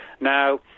Now